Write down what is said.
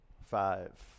Five